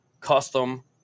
Custom